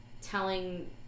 telling